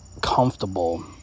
comfortable